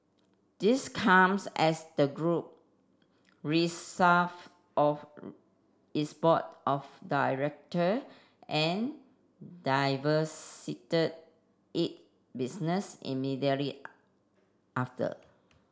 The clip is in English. this comes as the group of its board of director and it business immediately after